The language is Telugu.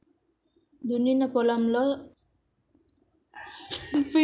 దున్నిన పొలంలో సాగు చేయడం వల్ల ప్రయోజనం ఏమిటి?